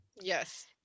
yes